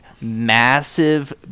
massive